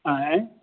आँय